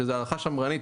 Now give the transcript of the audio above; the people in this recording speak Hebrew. שזו הערכה שמרנית,